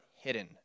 hidden